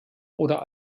oder